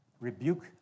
Rebuke